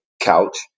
couch